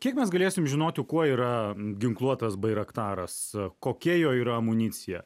kiek mes galėsim žinoti kuo yra ginkluotas bairaktaras kokia jo yra amunicija